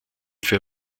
für